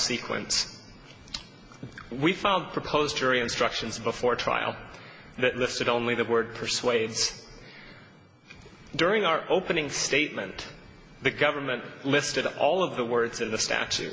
sequence we found proposed jury instructions before trial that the state only the word persuades during our opening statement the government listed all of the words in the statu